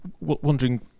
wondering